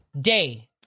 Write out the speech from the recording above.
day